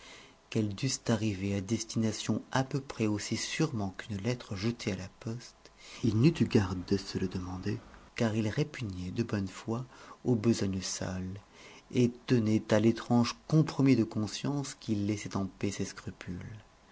qu'elles dussent arriver à destination à peu près aussi sûrement qu'une lettre jetée à la poste il n'eût eu garde de se le demander car il répugnait de bonne foi aux besognes sales et tenait à l'étrange compromis de conscience qui laissait en paix ses scrupules